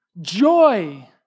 Joy